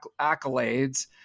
accolades